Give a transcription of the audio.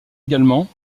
également